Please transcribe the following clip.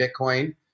Bitcoin